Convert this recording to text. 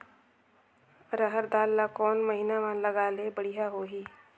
रहर दाल ला कोन महीना म लगाले बढ़िया होही?